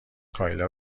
کایلا